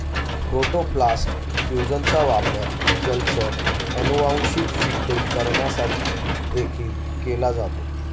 protoplast फ्यूजनचा वापर जलचर अनुवांशिक शुद्धीकरणासाठी देखील केला जातो